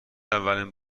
اولین